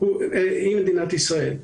הוא מדינת ישראל.